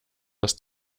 das